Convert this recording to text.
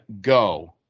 go